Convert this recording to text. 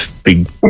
big